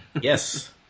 yes